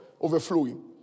overflowing